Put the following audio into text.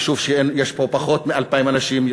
יישוב שיש בו פחות מ-2,000 אנשים,